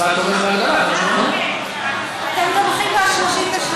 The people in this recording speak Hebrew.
המשרד תומך בהגדלה, אתם תומכים ב-33.